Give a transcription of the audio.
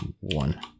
One